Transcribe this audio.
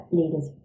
leaders